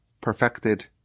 perfected